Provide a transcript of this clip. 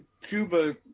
Cuba